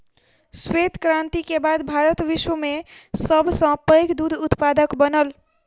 श्वेत क्रांति के बाद भारत विश्व में सब सॅ पैघ दूध उत्पादक बनल